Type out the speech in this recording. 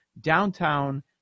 downtown